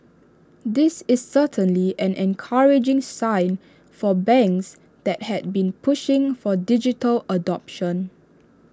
this is certainly an encouraging sign for banks that had been pushing for digital adoption